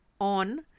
on